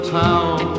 town